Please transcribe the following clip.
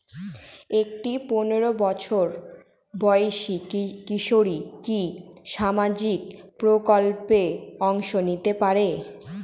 একটি পোনেরো বছর বয়সি কিশোরী কি কি সামাজিক প্রকল্পে অংশ নিতে পারে?